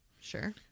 Sure